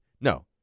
No